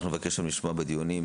אנחנו נבקש היום לשמוע בדיונים,